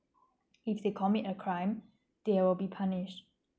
if they commit a crime they will be punished